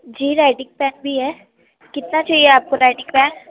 جی writing pen بھی ہے کتنا چاہیے آپ کو رائٹنگ پین